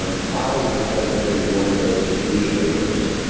um cloud is definitely one of those huge enablers.